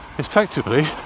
effectively